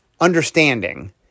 understanding